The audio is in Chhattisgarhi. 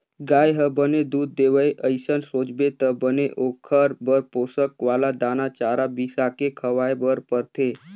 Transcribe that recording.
गाय ह बने दूद देवय अइसन सोचबे त बने ओखर बर पोसक वाला दाना, चारा बिसाके खवाए बर परथे